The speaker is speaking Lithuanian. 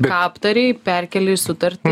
ką aptarei perkėlei į sutartį